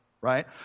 right